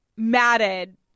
matted